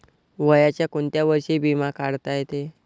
वयाच्या कोंत्या वर्षी बिमा काढता येते?